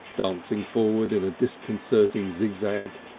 dancing forward in a disconcerting zigzag.